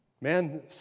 Man